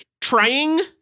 trying